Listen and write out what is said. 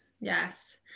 Yes